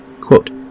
Quote